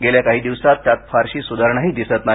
गेल्या काही दिवसात त्यात फारशी सुधारणाही दिसत नाही